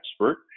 expert